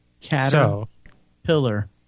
Caterpillar